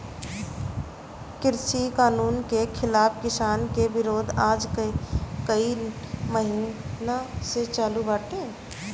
कृषि कानून के खिलाफ़ किसान के विरोध आज कई महिना से चालू बाटे